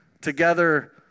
together